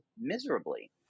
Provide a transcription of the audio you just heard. miserably